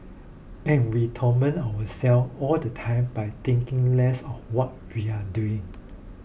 and we torment ourselves all the time by thinking less of what we're doing